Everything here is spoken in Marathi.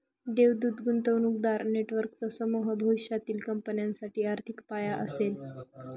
देवदूत गुंतवणूकदार नेटवर्कचा समूह भविष्यातील कंपन्यांसाठी आर्थिक पाया असेल